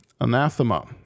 anathema